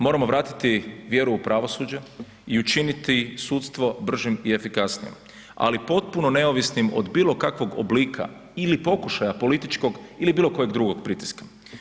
Moramo vratiti vjeru u pravosuđe i učiniti sudstvo bržim i efikasnijim ali potpuno neovisnim od bilokakvog oblika ili pokušaja političkog ili bilokojeg drugog pritiska.